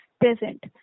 present